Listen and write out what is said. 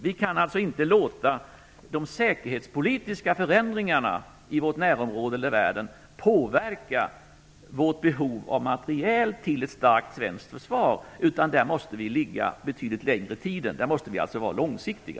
Vi kan inte låta de säkerhetspolitiska förändringarna i vårt närområde eller i världen påverka vårt behov av materiel till ett starkt svenskt försvar. Vi måste ligga betydligt längre fram i tiden. Vi måste vara långsiktiga.